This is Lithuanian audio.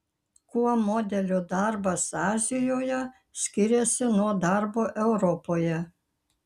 kuo modelio darbas azijoje skiriasi nuo darbo europoje